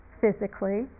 physically